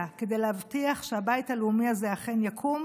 כדי להבטיח שהבית הלאומי הזה אכן יקום,